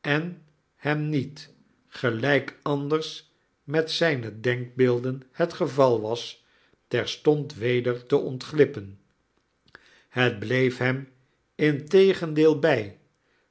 en hem niet gelijk anders met zijne denkbeelden het geval was terstond weder te ontglippen het bleef hem integendeel bij